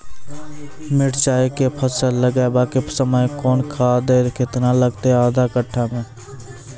मिरचाय के फसल लगाबै के समय कौन खाद केतना लागतै आधा कट्ठा मे?